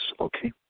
okay